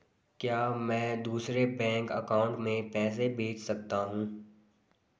क्या मैं दूसरे बैंक अकाउंट में पैसे भेज सकता हूँ?